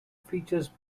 features